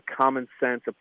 common-sense